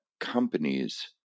companies